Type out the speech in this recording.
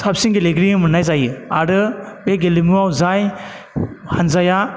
साबसिन गेलेगेरि मोन्नाय जायो आरो बे गेलेमुवाव जाय हान्जाया